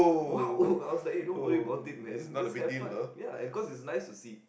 !wow! oh I was like eh don't worry about it man just have fun ya and cause it's nice to see